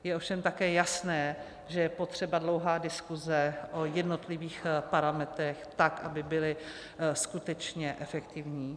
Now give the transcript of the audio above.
Je ovšem také jasné, že je potřeba dlouhá diskuse o jednotlivých parametrech, tak aby byly skutečně efektivní.